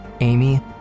Amy